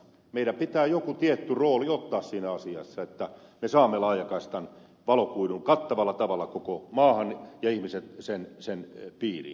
meidän pitää joku tietty rooli ottaa siinä asiassa että me saamme laajakaistan valokuidun kattavalla tavalla koko maahan ja ihmiset sen piiriin